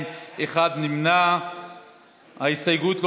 ההסתייגות (9)